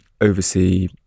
oversee